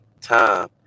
time